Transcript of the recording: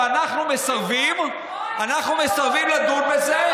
ואנחנו מסרבים לדון בזה.